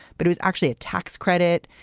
but it is actually a tax credit.